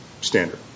standard